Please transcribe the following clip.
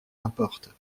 importe